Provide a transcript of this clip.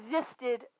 existed